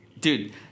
Dude